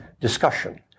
discussion